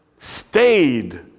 Stayed